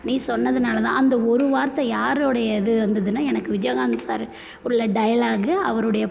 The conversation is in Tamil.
நீ சொன்னதுனால தான் அந்த ஒரு வார்த்தை யாருடைய இது வந்ததுனா எனக்கு விஜயகாந்த் சார்ரு உள்ள டயலாக்கு அவருடைய